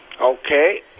Okay